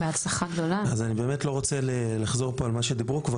אני לא רוצה לחזור פה על מה שנאמר כבר,